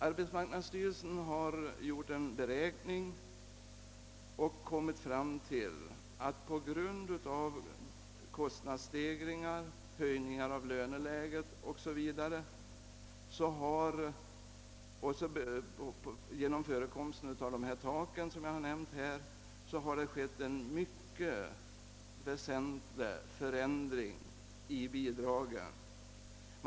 Arbetsmarknadsstyrelsen har gjort en beräkning och kommit fram till att det på grund av kostnadsstegringar, höjt löneläge och förekomsten av det tak jag nyss nämnde har skett en mycket väsentlig förändring av bidragens storlek.